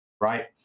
right